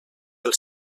del